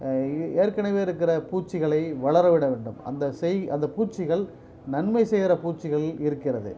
ஏ ஏற்கனவே இருக்கிற பூச்சிகளை வளர விட வேண்டும் அந்த செய் அந்த பூச்சிகள் நன்மை செய்கிற பூச்சிகள் இருக்கிறது